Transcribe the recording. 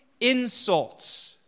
insults